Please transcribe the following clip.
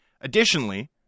Additionally